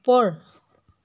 ওপৰ